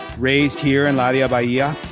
raised here in la area bahia, yeah